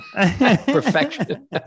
Perfection